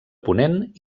ponent